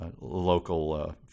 local